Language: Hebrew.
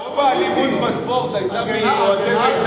רובי, כשרוב האלימות בספורט היתה מאוהדי "בית"ר",